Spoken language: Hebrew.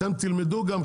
אתם תלמדו גם,